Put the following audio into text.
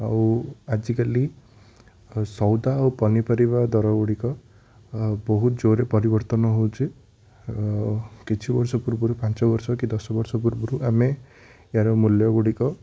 ଆଉ ଆଜିକାଲି ସଉଦା ଓ ପନିପରିବା ଦରଗୁଡ଼ିକ ବହୁତ ଜୋରେ ପରିବର୍ତ୍ତନ ହେଉଛି ଓ କିଛି ବର୍ଷ ପୂର୍ବରୁ ପାଞ୍ଚ ବର୍ଷ କି ଦଶ ବର୍ଷ ପୂର୍ବରୁ ଆମେ ୟାର ମୂଲ୍ୟଗୁଡ଼ିକ